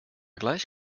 gleich